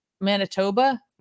Manitoba